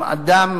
אם אדם